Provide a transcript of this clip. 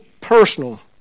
personal